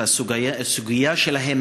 את הסוגיה שלהם,